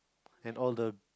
and all the